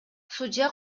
судья